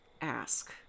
ask